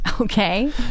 Okay